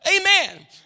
Amen